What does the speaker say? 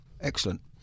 excellent